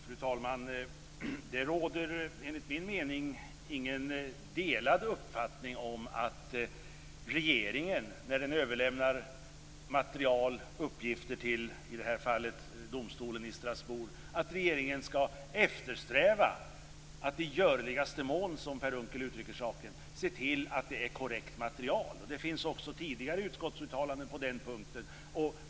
Fru talman! Det råder enligt min mening ingen delad uppfattning om att regeringen när den överlämnar material och uppgifter, i det här fallet till domstolen i Strasbourg, skall eftersträva att i görligaste mån, som Per Unckel uttrycker saken, se till att materialet är korrekt. Det finns också tidigare utskottsuttalanden på den punkten.